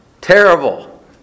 Terrible